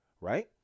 Right